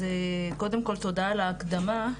קודם כל תודה על ההקדמה.